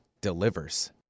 delivers